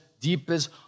deepest